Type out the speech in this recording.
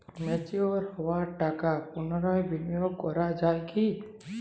Mature হওয়া টাকা পুনরায় বিনিয়োগ করা য়ায় কি?